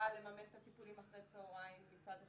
לממן את הטיפולים אחרי הצהריים מצד אחד,